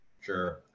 Sure